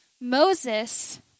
Moses